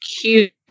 cute